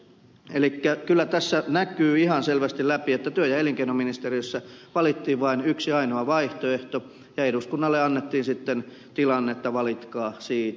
elikkä kyllä tässä näkyy ihan selvästi läpi että työ ja elinkeinoministeriössä valittiin vain yksi ainoa vaihtoehto ja eduskunnalle annettiin sitten tilanne että valitkaa siitä